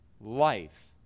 life